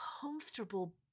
comfortable